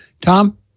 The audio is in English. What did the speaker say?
Tom